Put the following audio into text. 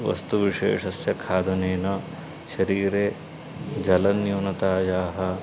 वस्तुविशेषस्य खादनेन शरीरे जलन्यूनतायाः